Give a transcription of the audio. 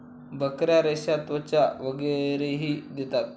बकऱ्या रेशा, त्वचा वगैरेही देतात